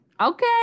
okay